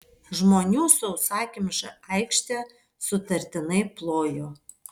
žmonių sausakimša aikštė sutartinai plojo